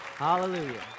Hallelujah